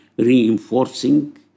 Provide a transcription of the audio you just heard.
reinforcing